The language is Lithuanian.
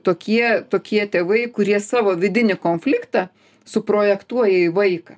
tokie tokie tėvai kurie savo vidinį konfliktą suprojektuoja į vaiką